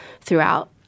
throughout